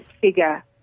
figure